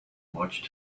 watched